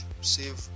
save